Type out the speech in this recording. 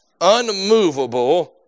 unmovable